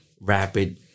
rapid